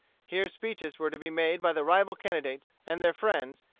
here speeches were to be made by the rival candidates and their friends,